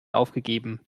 aufgegeben